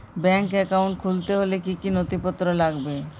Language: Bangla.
ব্যাঙ্ক একাউন্ট খুলতে হলে কি কি নথিপত্র লাগবে?